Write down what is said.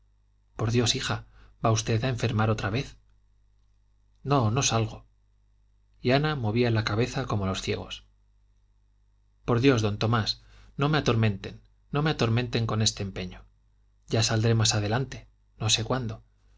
por dios hija va usted a enfermar otra vez no no salgo y ana movía la cabeza como los ciegos por dios don tomás no me atormenten no me atormenten con ese empeño ya saldré más adelante no sé cuándo